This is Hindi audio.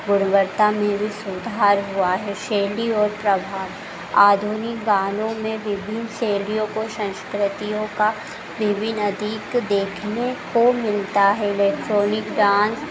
गुणवत्ता में भी सुधार हुआ है शेली और प्रभाव आधुनिक गानों में विभिन्न शैलियों को संस्कृतियों का विभिन्न अधिक देखने को मिलता है इलेक्ट्रॉनिक डांस